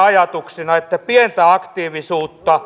että pientä aktiivisuutta